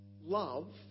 Love